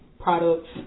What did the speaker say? products